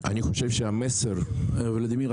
ולדימיר,